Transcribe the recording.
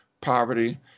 poverty